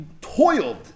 toiled